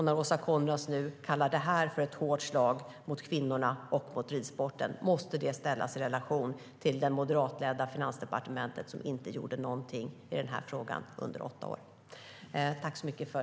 När Åsa Coenraads nu kallar det ett hårt slag mot kvinnorna och ridsporten måste det ställas i relation till det moderatledda Finansdepartementet som inte gjorde någonting i frågan under åtta år.